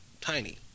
tiny